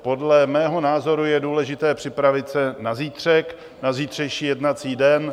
Podle mého názoru je důležité připravit se na zítřejší jednací den.